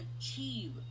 achieve